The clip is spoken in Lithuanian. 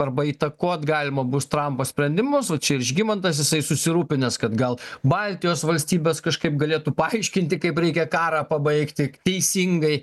arba įtakot galima bus trampo sprendimus va čia ir žygimantas jisai susirūpinęs kad gal baltijos valstybės kažkaip galėtų paaiškinti kaip reikia karą pabaigti teisingai